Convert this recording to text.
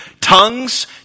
Tongues